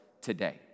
today